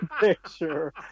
picture